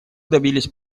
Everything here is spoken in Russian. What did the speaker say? добились